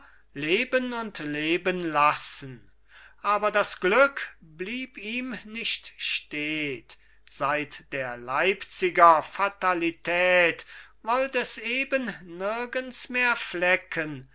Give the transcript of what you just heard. leben und leben lassen aber das glück blieb ihm nicht stet seit der leipziger fatalität wollt es eben nirgends mehr flecken